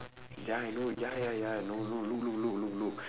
ya I know ya ya ya I know look look look look look